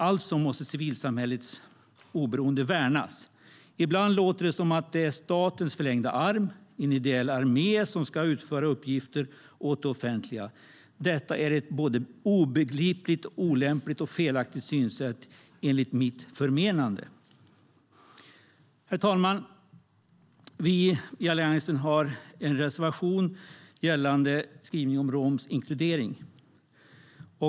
Alltså måste civilsamhällets oberoende värnas. Ibland låter det som att det är statens förlängda arm, en ideell armé, som ska utföra uppgifter åt det offentliga. Detta är ett obegripligt, olämpligt och felaktigt synsätt enligt mitt förmenande. Herr talman! Vi i Alliansen har en reservation gällande skrivningar om romsk inkludering.